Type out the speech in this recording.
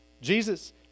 Jesus